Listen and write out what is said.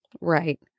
right